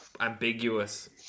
ambiguous